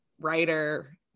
writer